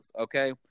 okay